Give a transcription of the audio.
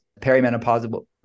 perimenopausal